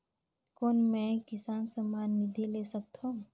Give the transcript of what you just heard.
कौन मै किसान सम्मान निधि ले सकथौं?